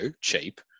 cheap